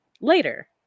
later